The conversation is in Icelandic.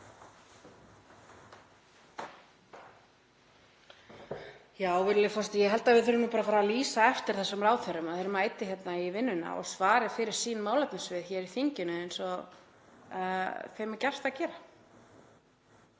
Ég held að við þurfum bara að fara að lýsa eftir þessum ráðherrum, að þeir mæti í vinnuna og svari fyrir málefnasvið sín hér í þinginu eins og þeim er gert að gera.